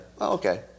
okay